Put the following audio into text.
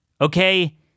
okay